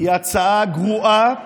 היא הצעה גרועה